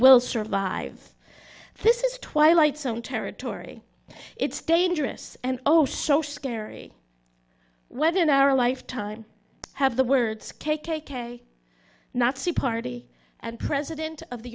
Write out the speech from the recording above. will survive this is twilight zone territory it's dangerous and osho scary whether in our lifetime have the words k k k nazi party and president of the